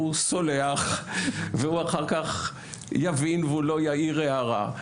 הוא סולח והוא אחר כך יבין והוא לא יעיר הערה,